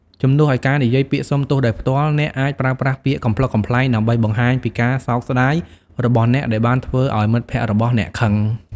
ជំនួសឱ្យការនិយាយពាក្យសុំទោសដោយផ្ទាល់ អ្នកអាចប្រើប្រាស់ពាក្យកំប្លុកកំប្លែងដើម្បីបង្ហាញពីការសោកស្តាយរបស់អ្នកដែលបានធ្វើឱ្យមិត្តភក្តិរបស់អ្នកខឹង។